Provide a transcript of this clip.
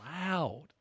loud